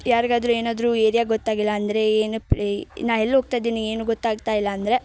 ಯಾರಿಗಾದ್ರೂ ಏನಾದರೂ ಏರ್ಯಾ ಗೊತ್ತಾಗಿಲ್ಲಾಂದರೆ ಏನಕ್ಕೆ ಪ್ಲೇ ನಾ ಎಲ್ಲೋಗ್ತಾ ಇದ್ದೀನಿ ಏನು ಗೊತ್ತಾಗ್ತಾ ಇಲ್ಲಾಂದರೆ